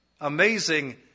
amazing